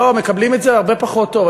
לא, מקבלים את זה הרבה פחות טוב.